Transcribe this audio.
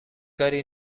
کاری